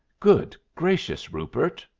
good gracious, rupert!